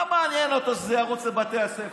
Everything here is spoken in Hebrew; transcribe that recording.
מה מעניין אותו שזה ירוץ לבתי הספר?